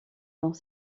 dans